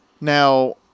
now